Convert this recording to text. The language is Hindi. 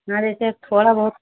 हाँ जैसे थोड़ा बहुत